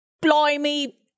Blimey